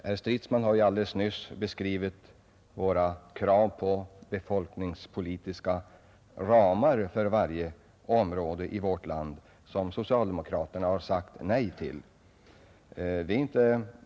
Herr Stridsman har ju alldeles nyss beskrivit våra krav på befolkningspolitiska ramar för alla de områden i vårt land där socialdemokraterna har sagt nej till dem.